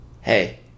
Hey